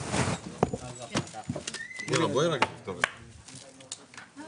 בשעה 14:23.